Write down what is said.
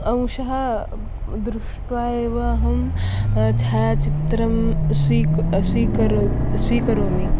अंशः दृष्ट्वा एव अहं छायाचित्रं स्वीकरोमि स्वीकरोमि स्वीकरोमि